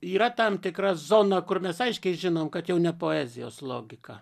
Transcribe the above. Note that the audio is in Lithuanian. yra tam tikra zona kur mes aiškiai žinom kad jau ne poezijos logika